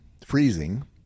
freezing